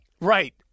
Right